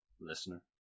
listener